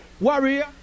Warrior